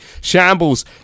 Shambles